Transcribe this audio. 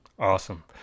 Awesome